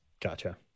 Gotcha